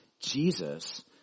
Jesus